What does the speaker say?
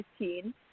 15